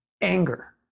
anger